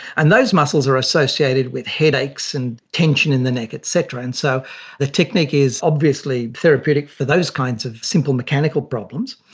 and those muscles are associated with headaches and tension in the neck et cetera, and so the technique is obviously therapeutic for those kinds of simple mechanical problems.